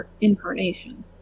incarnation